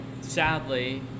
Sadly